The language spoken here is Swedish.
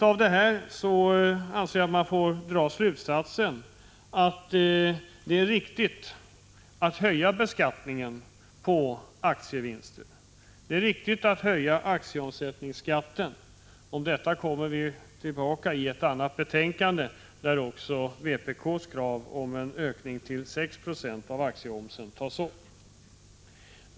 Av detta kan jag dra slutsatsen att det är riktigt att höja beskattningen på aktievinster. Det är riktigt att höja aktieomsättningsskatten — vi kommer tillbaka till detta i ett annat betänkande, där också vpk:s krav om en ökning till 6 76 av aktieomsättningsskatten tas upp.